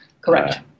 Correct